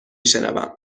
شنوم